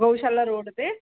ਗਊਸ਼ਾਲਾ ਰੋਡ ਤੇ